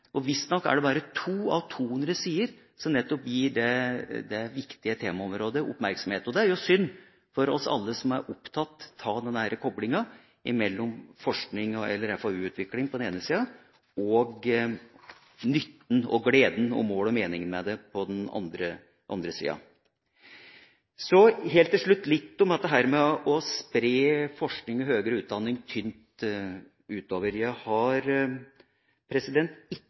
«verdiskaping» knapt nok eksisterer i den 200 sider lange rapporten. Visstnok er det bare to av 200 sider som vier nettopp dette viktige temaområdet oppmerksomhet. Det er synd for alle oss som er opptatt av koblingen mellom FoU – forskning og utvikling – på den ene sida og nytten og gleden og målet og meningen med det på den andre sida. Så, helt til slutt, litt om dette med å spre forskning og høyere utdanning tynt utover. Jeg har ikke